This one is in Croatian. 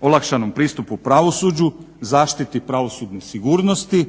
olakšanom pristupu pravosuđu, zaštiti pravosudne sigurnosti,